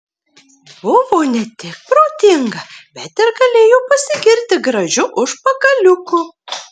buvo ne tik protinga bet ir galėjo pasigirti gražiu užpakaliuku